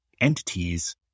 entities